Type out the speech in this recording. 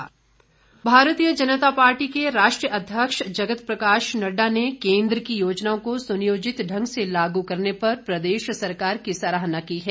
नड्डा भारतीय जनता पार्टी के राष्ट्रीय अध्यक्ष जगत प्रकाश नड्डा ने केंद्र की योजनाओं को सुनियोजित ढंग से लागू करने पर प्रदेश सरकार की सराहना की है